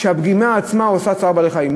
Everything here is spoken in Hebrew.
והפגימה עצמה עושה צער בעלי-חיים.